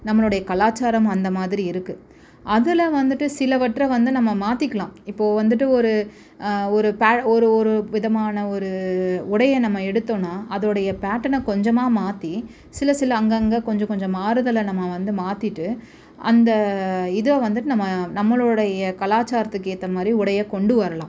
நம்மளுடைய கலாச்சாரம் அந்தமாதிரி இருக்குது அதில் வந்துட்டு சிலவற்றை வந்து நம்ம மாற்றிக்கலாம் இப்போது வந்துட்டு ஒரு ஒரு பேழ் ஒரு ஒரு விதமான ஒரு உடையை நம்ம எடுத்தோன்னால் அதோடைய பேட்டனை கொஞ்சமாக மாற்றி சில சில அங்கங்கே கொஞ்ச கொஞ்சம் மாறுதலை நம்ம வந்து மாற்றிட்டு அந்த இதை வந்துட்டு நம்ம நம்மளுடைய கலாச்சாரத்துக்கு ஏற்ற மாதிரி உடையை கொண்டு வரலாம்